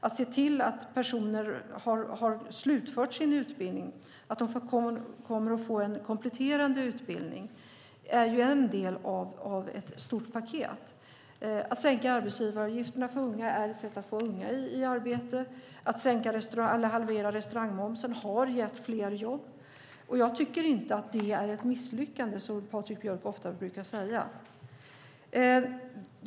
Att se till att personer slutför sin utbildning och att de får kompletterande utbildning är en del av ett stort paket. Att sänka arbetsgivaravgifterna för unga är ett sätt att få unga i arbete. Halveringen av restaurangmomsen har gett fler jobb. Jag tycker inte att det är ett misslyckande, som Patrik Björck ofta brukar säga.